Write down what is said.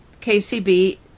KCB